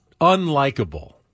unlikable